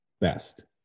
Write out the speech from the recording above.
best